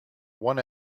one